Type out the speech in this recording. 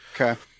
okay